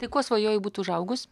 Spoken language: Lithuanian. tai kuo svajoji būt užaugus